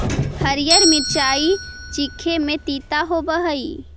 हरीअर मिचाई चीखे में तीता होब हई